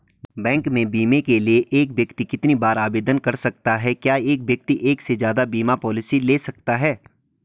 Bank में बीमे के लिए एक व्यक्ति कितनी बार आवेदन कर सकता है क्या एक व्यक्ति एक से ज़्यादा बीमा पॉलिसी ले सकता है?